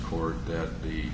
court that he